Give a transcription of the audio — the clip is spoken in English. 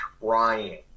trying